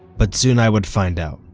but soon i would find out.